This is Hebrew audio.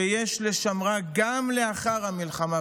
שיש לשמרה גם לאחר המלחמה,